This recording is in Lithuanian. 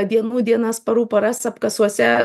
dienų dienas parų paras apkasuose